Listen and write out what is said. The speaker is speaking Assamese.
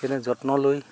কিন্তু যত্ন লৈ